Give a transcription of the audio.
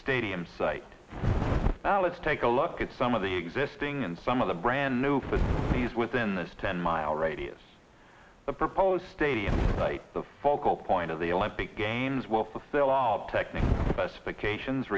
stadium site let's take a look at some of the existing and some of the brand new facilities within this ten mile radius the proposed stadium site the focal point of the olympic games will fulfill all the technical specifications